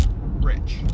rich